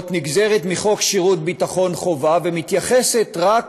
נגזרת מחוק שירות ביטחון חובה ומתייחסת רק